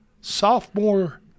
sophomore